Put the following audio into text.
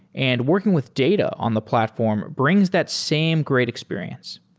and working with data on the platform brings that same great experience.